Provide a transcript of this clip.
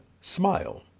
smile